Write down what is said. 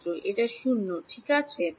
ছাত্র এটা 0 ঠিক আছে